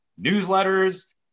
newsletters